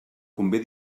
convé